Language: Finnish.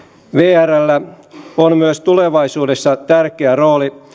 vrllä on myös tulevaisuudessa tärkeä rooli